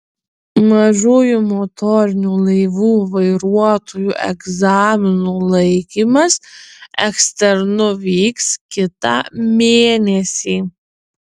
mažųjų motorinių laivų vairuotojų egzaminų laikymas eksternu vyks kitą mėnesį